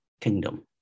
Kingdom